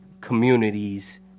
communities